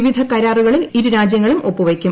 വിവിധ കരാറുകളിൽ ഇരു രാജ്യങ്ങളും ഒപ്പുവയ്ക്കും